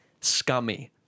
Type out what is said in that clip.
scummy